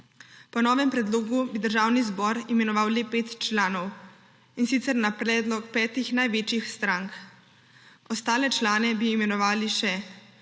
Po novem predlogu bi Državni zbor imenoval le pet članov, in sicer na predlog petih največjih strank. Ostale člane bi imenovali še: